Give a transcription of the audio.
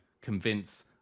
convince